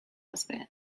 husband